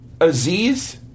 Aziz